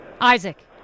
Isaac